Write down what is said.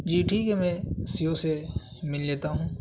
جی ٹھیک ہے میں سی او سے مل لیتا ہوں